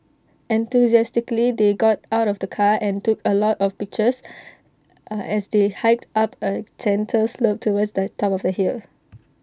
enthusiastically they got out of the car and took A lot of pictures as they hiked up A gentle slope towards the top of the hill